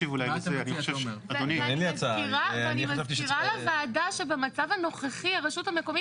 ואני מזכירה לוועדה שבמצב הנוכחי הרשות המקומית